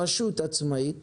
רשות עצמאית